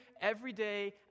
everyday